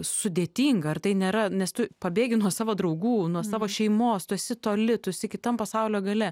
sudėtinga ar tai nėra nes tu pabėgi nuo savo draugų nuo savo šeimos tu esi toli tu esi kitam pasaulio gale